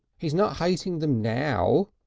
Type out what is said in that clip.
he's not hating them now,